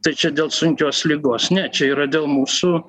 tai čia dėl sunkios ligos ne čia yra dėl mūsų